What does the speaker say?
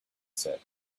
said